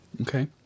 okay